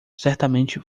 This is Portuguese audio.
certamente